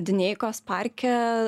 dineikos parke